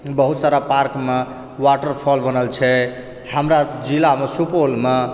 बहुत सारा पार्क मे वाटर फॉल बनल छै हमरा जिलामे सुपौलमे